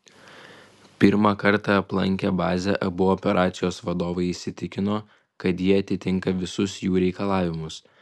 pirmą kartą aplankę bazę abu operacijos vadovai įsitikino kad ji atitinka visus jų reikalavimus